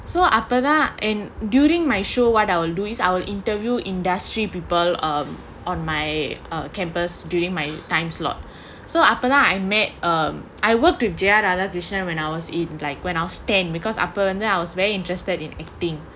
so after that and during my show what I'll do is I will interview industry people um on my campus during my time slot so after that I met um I worked with J_R_R tuition when I was in like when I was ten because upper and that was very interested in acting